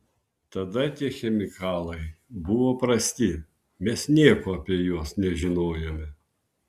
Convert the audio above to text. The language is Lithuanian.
tada tie chemikalai buvo prasti mes nieko apie juos nežinojome